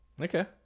Okay